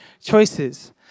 choices